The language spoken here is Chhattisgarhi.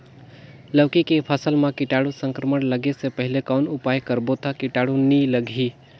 लौकी के फसल मां कीटाणु संक्रमण लगे से पहले कौन उपाय करबो ता कीटाणु नी लगही?